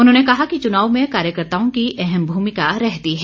उन्होंने कहा कि चुनाव में कार्यकर्ताओं की अहम भूमिका रहती है